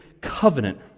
covenant